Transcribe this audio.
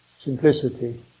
Simplicity